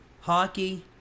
hockey